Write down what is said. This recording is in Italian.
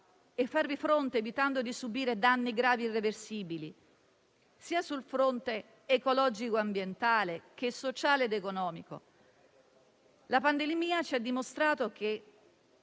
e farvi fronte, evitando di subire danni gravi e irreversibili, sia sul fronte ecologico e ambientale che su quello sociale ed economico. La pandemia ci ha dimostrato che